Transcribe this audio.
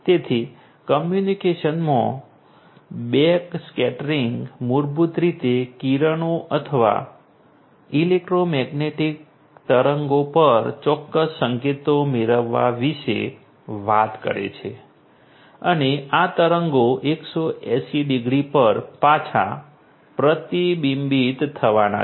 તેથી કમ્યુનિકેશનમાં બેકસ્કેટરિંગ મૂળભૂત રીતે કિરણો અથવા ઇલેક્ટ્રોમેગ્નેટિક તરંગો પર ચોક્કસ સંકેતો મેળવવા વિશે વાત કરે છે અને આ તરંગો 180 ડિગ્રી પર પાછા પ્રતિબિંબિત થવાના છે